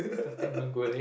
first time mee goreng